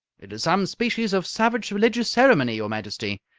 it is some species of savage religious ceremony, your majesty.